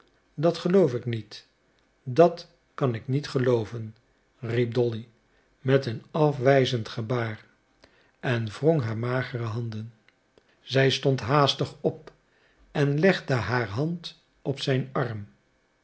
dat geloof ik niet dat kan ik niet gelooven riep dolly met een afwijzend gebaar en wrong haar magere handen zij stond haastig op en legde haar hand op zijn arm